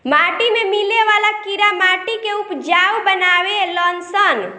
माटी में मिले वाला कीड़ा माटी के उपजाऊ बानावे लन सन